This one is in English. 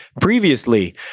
previously